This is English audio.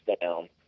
down